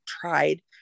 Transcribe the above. tried